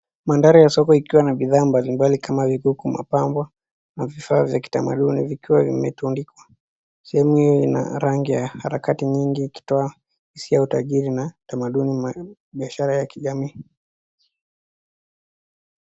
Mandhari ya soko ikiwa na bidhaa mbalimbali kama vile mapambo na vifaa vya kitamaduni vikiwa vimetundikwa, sehemu hiyo ina rangi ya harakati nyingi ikitoa hisia ya utajiri na tamaduni ya biashara ya kijamii.